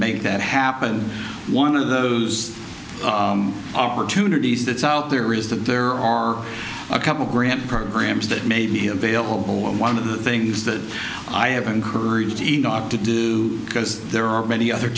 make that happen one of those opportunities that's out there is that there are a couple grant programs that may be available and one of the things that i have encouraged to do because there are many other